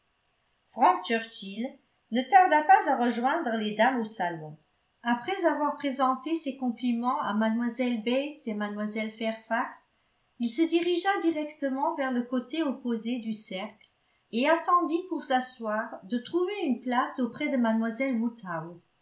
ne tarda pas à rejoindre les dames au salon après avoir présenté ses compliments à mlle bates et à mlle fairfax il se dirigea directement vers le côté opposé du cercle et attendit pour s'asseoir de trouver une place auprès de